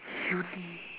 uni